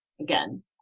again